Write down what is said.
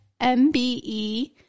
MBE